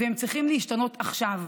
והם צריכים להשתנות עכשיו.